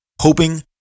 hoping